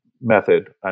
method